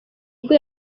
bwo